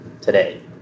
today